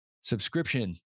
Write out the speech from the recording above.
subscription